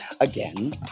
again